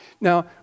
Now